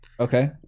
Okay